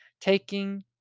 taking